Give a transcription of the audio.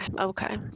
Okay